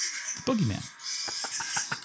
Boogeyman